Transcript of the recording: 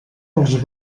els